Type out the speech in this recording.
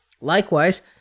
Likewise